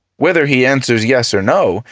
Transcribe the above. whether he and says yes or no,